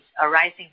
arising